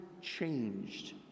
changed